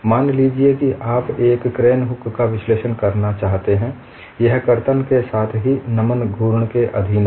मान लीजिए आप एक क्रेन हुक का विश्लेषण करना चाहते हैं यह कर्तन के साथ ही नमन घूर्ण के अधीन है